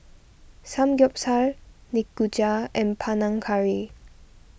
Samgyeopsal Nikujaga and Panang Curry